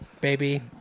baby